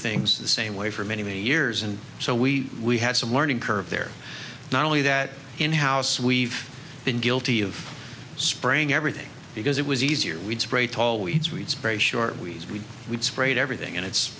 things the same way for many many years and so we had some learning curve there not only that in house we've been guilty of spraying everything because it was easier we'd spray tall weeds weeds very short weeds we weed sprayed everything and it's